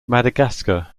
madagascar